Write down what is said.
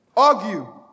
Argue